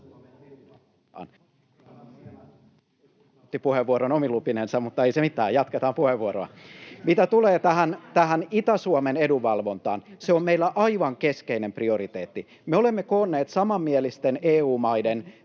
Mitä tulee tähän Itä-Suomen edunvalvontaan, se on meillä aivan keskeinen prioriteetti. Me olemme koonneet samanmielisten EU-maiden